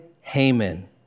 Haman